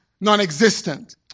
non-existent